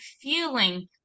feeling